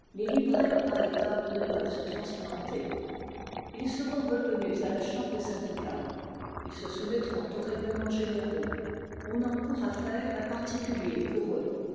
les libraires par état ne peuvent se transplanter ils seront reconnus à la chambre syndicale ils se soumettront aux règlements généraux on en pourra faire un particulier pour eux